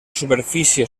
superfície